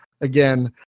again